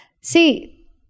See